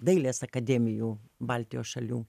dailės akademijų baltijos šalių